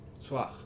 Soir